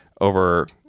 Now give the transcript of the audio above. over